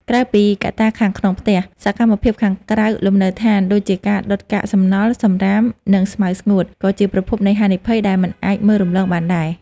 ក្រៅពីកត្តាខាងក្នុងផ្ទះ សកម្មភាពនៅខាងក្រៅលំនៅដ្ឋានដូចជាការដុតកាកសំណល់ សំរាម និងស្មៅស្ងួត ក៏ជាប្រភពនៃហានិភ័យដែលមិនអាចមើលរំលងបានដែរ។